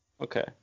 okay